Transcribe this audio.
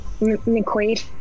McQuaid